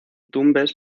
tumbes